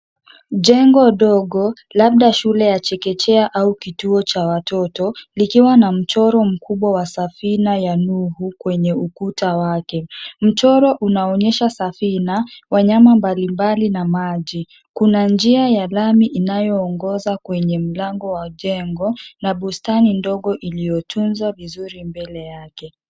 Jengo dogo labda shule ya chekechea au kituo cha watoto, likiwa na mchoro mkubwa wa safina ya Nuhu kwenye ukuta wake. Mchoro unaonyesha safina, wanyama mbalimbali na maji. Kuna njia ya lami inayoongoza kwenye mlango wa jengo na bustani ndogo iliyotunzwa vizuri mbele yake.